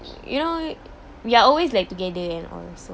you know we are always like together and all so